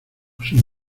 sin